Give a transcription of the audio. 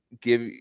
give